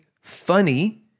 funny